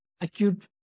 acute